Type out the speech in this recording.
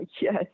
Yes